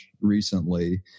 recently